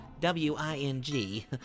W-I-N-G